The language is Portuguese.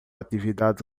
atividade